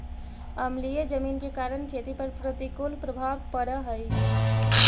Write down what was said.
अम्लीय जमीन के कारण खेती पर प्रतिकूल प्रभाव पड़ऽ हइ